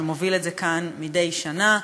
שמוביל את זה כאן מדי שנה.